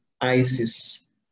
Isis